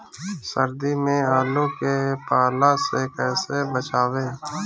सर्दी में आलू के पाला से कैसे बचावें?